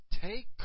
Take